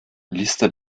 liste